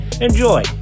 enjoy